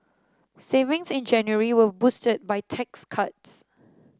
savings in January were boosted by tax cuts